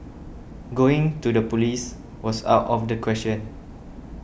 going to the police was out of the question